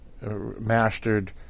mastered